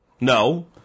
no